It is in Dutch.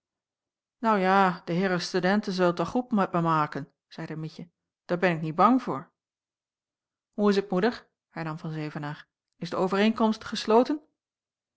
nou ja de heiren stedenten zellen het wel goed met me maken zeide mietje daar ben ik niet bang voor hoe is t moeder hernam van zevenaer is de overeenkomst gesloten